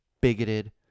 bigoted